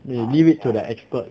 leave it to the expert